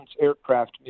aircraft